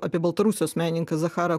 apie baltarusijos menininką zacharą